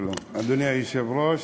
אדוני היושב-ראש,